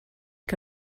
que